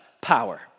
power